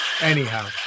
Anyhow